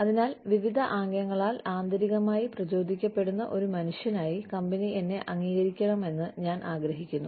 അതിനാൽ വിവിധ ആംഗ്യങ്ങളാൽ ആന്തരികമായി പ്രചോദിപ്പിക്കപ്പെടുന്ന ഒരു മനുഷ്യനായി കമ്പനി എന്നെ അംഗീകരിക്കണമെന്ന് ഞാൻ ആഗ്രഹിക്കുന്നു